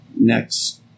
next